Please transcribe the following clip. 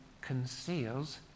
conceals